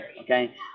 Okay